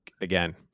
again